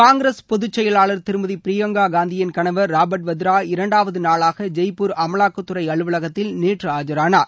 காங்கிரஸ் பொதுச்செயலாளர் திருமதி பிரியங்கா காந்தியின் கணவர் ராபரட் வத்ரா இரண்டாவது நாளாக ஜெய்ப்பூர் அமலாக்கத்துறை அலவலகத்தில் நேற்று ஆஜரானார்